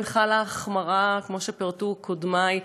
חלה החמרה, כמו שפירטו קודמי,